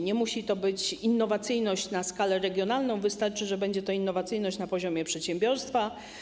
Nie musi to być innowacyjność na skalę regionalną, wystarczy, że będzie to innowacyjność na poziomie przedsiębiorstwa.